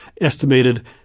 estimated